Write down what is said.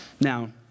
Now